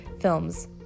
films